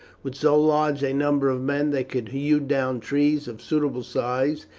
with so large a number of men they could hew down trees of suitable size,